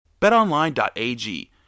BetOnline.ag